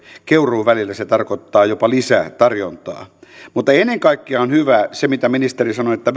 keuruu välillä se tarkoittaa jopa lisää tarjontaa mutta ennen kaikkea on hyvä se mitä ministeri sanoi että